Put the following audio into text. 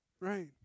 Right